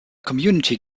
community